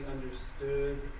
understood